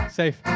safe